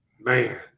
man